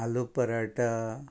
aloo paratha